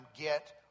get